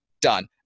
Done